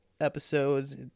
episodes